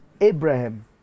Abraham